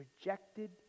rejected